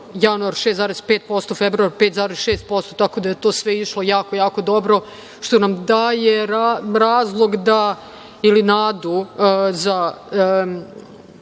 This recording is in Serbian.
januar 6,5%, februar 5,6%, tako da je to sve išlo jako, jako dobro što nam daje razlog ili nadu da